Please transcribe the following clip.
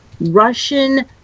Russian